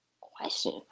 question